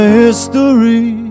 history